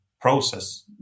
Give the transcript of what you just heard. process